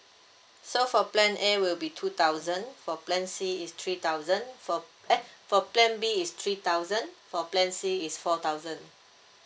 so for plan A will be two thousand for plan C is three thousand for eh for plan B is three thousand for plan C is four thousand